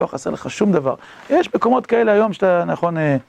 לא חסר לך שום דבר. יש מקומות כאלה היום שאתה, נכון אה...?